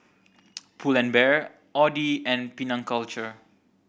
Pull and Bear Audi and Penang Culture